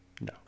No